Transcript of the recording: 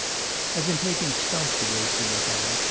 i've been taking stock to-day, she went on,